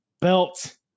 belt